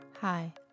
Hi